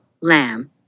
lamb